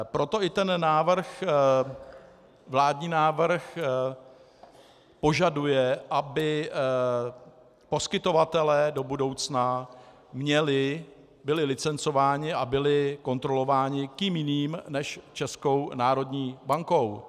Proto i ten vládní návrh požaduje, aby poskytovatelé do budoucna byli licencováni a byli kontrolováni kým jiným než Českou národní bankou?